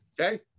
Okay